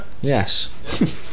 Yes